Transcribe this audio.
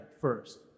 first